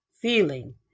feeling